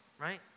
Right